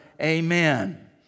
Amen